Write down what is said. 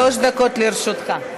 שלוש דקות לרשותך.